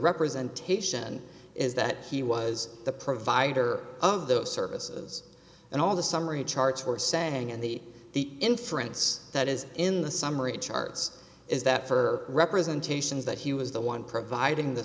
representation is that he was the provider of those services and all the summary charts were saying in the the inference that is in the summary charts is that for representations that he was the one providing the